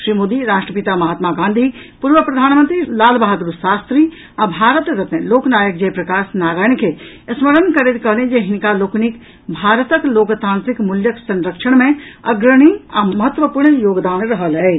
श्री मोदी राष्ट्रपिता महात्मा गांधी पूर्व प्रधानमंत्री लाल बहादुर शास्त्री आ भारत रत्न लोकनायक जयप्रकाश नारायण के स्मरण करैत कहलनि जे हिनका लोकनिक भारतक लोकतांत्रिक मूल्यक संरक्षण मे अग्रणी आ महत्वपूर्ण योगदान रहल अछि